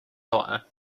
tyre